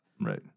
Right